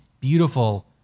Beautiful